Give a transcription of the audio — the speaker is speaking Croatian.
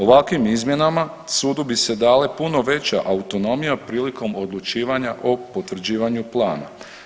Ovakvim izmjenama sudu bi se dale puno veća autonomija prilikom odlučivanja o potvrđivanju plana.